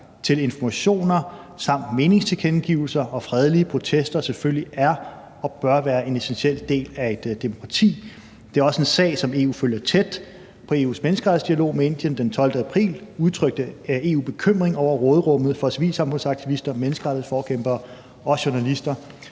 til informationer samt meningstilkendegivelser og fredelige protester selvfølgelig er og bør være en essentiel del af et demokrati, og det er også en sag, som EU følger tæt. I EU's menneskerettighedsdialog med Indien den 12. april udtrykte EU bekymring over råderummet for civilsamfundsaktivister, menneskerettighedsforkæmpere og journalister,